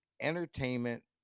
entertainment